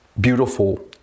beautiful